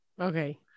Okay